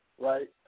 Right